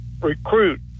recruit